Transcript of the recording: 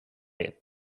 you